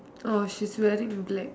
oh she's wearing black